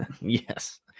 Yes